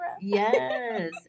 Yes